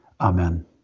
Amen